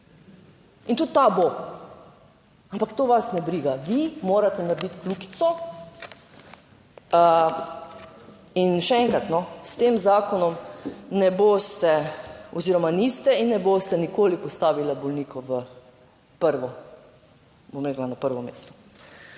In tudi ta bo. Ampak to vas ne briga, vi morate narediti kljukico. In še enkrat, no, s tem zakonom ne boste oziroma niste in ne boste nikoli postavili bolnikov na prvo, bom rekla, na prvo mesto.